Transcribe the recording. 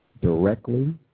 directly